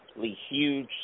huge